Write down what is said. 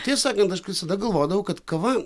tiesą sakant aš kai visada galvodavau kad kava